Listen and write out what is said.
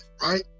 right